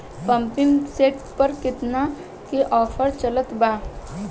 Pumping set पर केतना के ऑफर चलत बा?